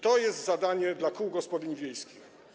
To jest zadanie dla kół gospodyń wiejskich.